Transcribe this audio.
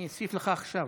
אני אוסיף לך עכשיו.